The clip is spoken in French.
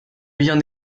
bien